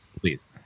Please